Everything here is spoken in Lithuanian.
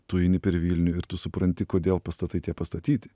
tu eini per vilnių ir tu supranti kodėl pastatai tie pastatyti